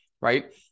right